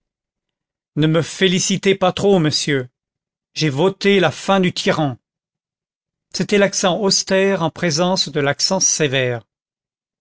ne me félicitez pas trop monsieur j'ai voté la fin du tyran c'était l'accent austère en présence de l'accent sévère